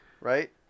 right